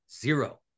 zero